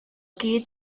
gyd